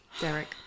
Derek